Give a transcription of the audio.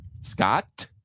Scott